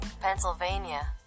Pennsylvania